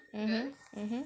mmhmm mmhmm